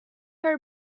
her